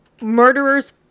murderer's